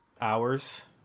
hours